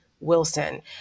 Wilson